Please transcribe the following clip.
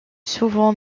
souvent